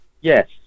yes